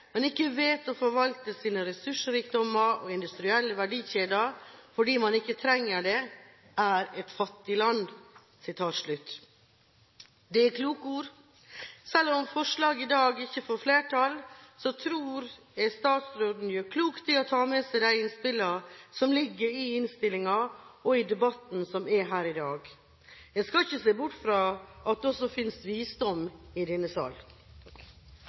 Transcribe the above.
men ikke vet å forvalte sine ressursrikdommer og industrielle verdikjeder – fordi man ikke trenger det – er et fattig land.» Det er kloke ord. Selv om forslaget i dag ikke får flertall, tror jeg statsråden gjør klokt i å ta med seg de innspillene som ligger i innstillingen, og i debatten i dag. En skal ikke se bort fra at det også finnes visdom i denne sal.